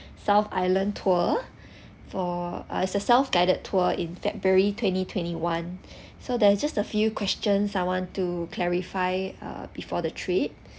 south island tour for uh it's a self guided tour in february twenty twenty one so there is just a few question I want to clarify uh before the trip